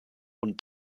und